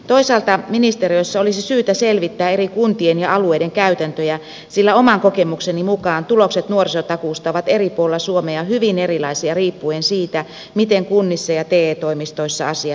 toisaalta ministeriössä olisi syytä selvittää eri kuntien ja alueiden käytäntöjä sillä oman kokemukseni mukaan tulokset nuorisotakuusta ovat eri puolilla suomea hyvin erilaisia riippuen siitä miten kunnissa ja te toimistoissa asiaan on paneuduttu